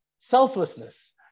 selflessness